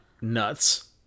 nuts